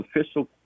official